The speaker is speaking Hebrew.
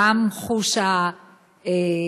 גם חוש הראייה,